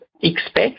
expect